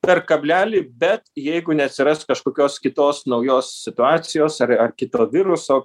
per kablelį bet jeigu neatsiras kažkokios kitos naujos situacijos ar ar kito viruso